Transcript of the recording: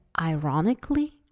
ironically